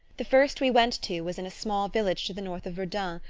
the first we went to was in a small village to the north of verdun,